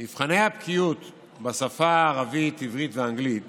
מבחני הבקיאות בשפה הערבית, עברית ואנגלית